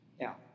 now